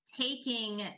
taking